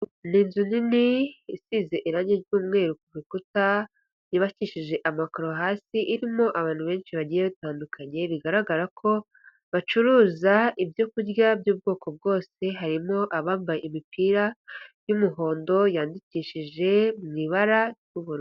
Ni inzu nini isize irange ry'umweru ku rukuta, yubakishije amakoro hasi, irimo abantu benshi bagiye batandukanye bigaragara ko bacuruza ibyo kurya by'ubwoko bwose harimo abambaye imipira y'umuhondo yandikishije mu ibara ry'uburu...